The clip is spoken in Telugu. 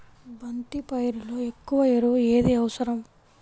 బంతి పైరులో ఎక్కువ ఎరువు ఏది అవసరం?